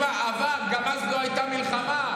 עבר, אז גם לא הייתה מלחמה.